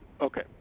Okay